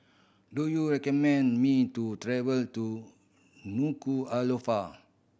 do you recommend me to travel to Nuku'alofa